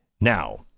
Now